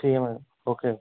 ठीक ऐ madam okay